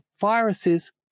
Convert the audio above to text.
viruses